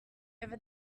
over